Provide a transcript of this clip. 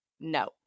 no